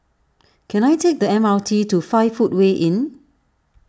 can I take the M R T to five Footway Inn